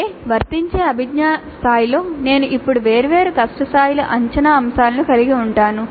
అంటే వర్తించే అభిజ్ఞా స్థాయిలో నేను ఇప్పుడు వేర్వేరు కష్ట స్థాయిల అంచనా అంశాలను కలిగి ఉంటాను